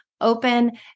open